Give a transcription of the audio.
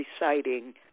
reciting